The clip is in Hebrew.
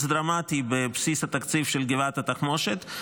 דרמטי בבסיס התקציב של גבעת התחמושת,